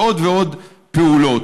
ועוד ועוד פעולות.